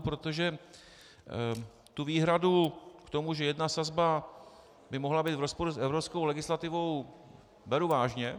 Protože tu výhradu k tomu, že jedna sazba by mohla být v rozporu s evropskou legislativou, beru vážně.